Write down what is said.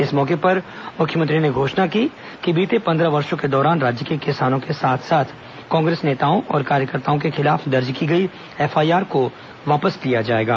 इस मौके पर मुख्यमंत्री ने घोषणा की कि बीते पन्द्रह वर्षो के दौरान राज्य के किसानों के साथ साथ कांग्रेस नेताओं और कार्येकर्ताओं के खिलाफ दर्ज की गई एफआईआर को वापस लिया जाएगा